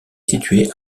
situé